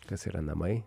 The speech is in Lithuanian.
kas yra namai